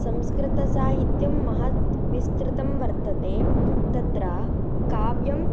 संस्कृतसाहित्यं महत् विस्तृतं वर्तते तत्र काव्यम्